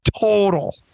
total